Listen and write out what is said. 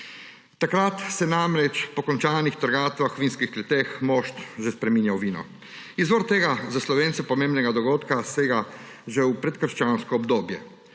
Takrat se namreč po končanih trgatvah v vinskih kleteh mošt že spreminja v vino. Izvor tega za Slovence pomembnega dogodka sega že v predkrščansko obdobje.